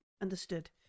understood